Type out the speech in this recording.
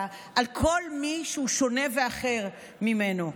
על כל מי שהוא שונה ואחר ממנו.